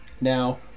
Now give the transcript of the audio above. Now